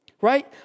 Right